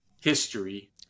history